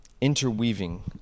interweaving